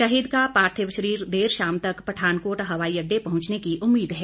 शहीद का पार्थिव शरीर देर शाम तक पठानकोट हवाई अड्डे पहुंचने की उम्मीद है